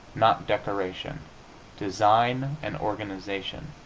not decoration design and organization.